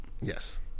yes